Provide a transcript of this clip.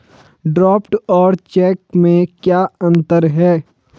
Draft और cheque में क्या अंतर है?